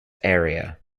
area